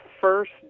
first